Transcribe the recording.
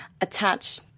attach